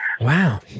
Wow